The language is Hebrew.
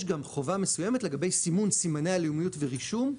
יש גם חובה מסוימת לגבי סימון סימני הלאומיות ורישום,